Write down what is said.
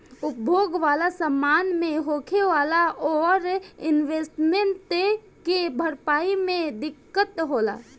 उपभोग वाला समान मे होखे वाला ओवर इन्वेस्टमेंट के भरपाई मे दिक्कत होला